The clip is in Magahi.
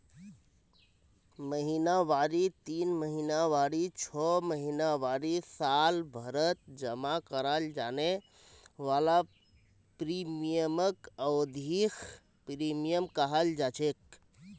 महिनावारी तीन महीनावारी छो महीनावारी सालभरत जमा कराल जाने वाला प्रीमियमक अवधिख प्रीमियम कहलाछेक